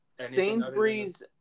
Sainsbury's